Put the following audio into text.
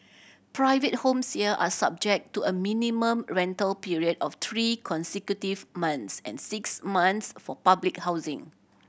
private homes here are subject to a minimum rental period of three consecutive months and six months for public housing